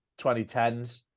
2010s